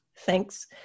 Thanks